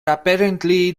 apparently